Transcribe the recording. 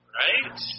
right